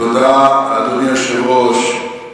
אדוני היושב-ראש,